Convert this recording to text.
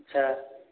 अच्छा